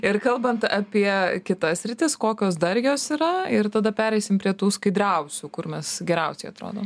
ir kalbant apie kitas sritis kokios dar jos yra ir tada pereisim prie tų skaidriausių kur mes geriausiai atrodo